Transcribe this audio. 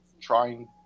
trying